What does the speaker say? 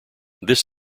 this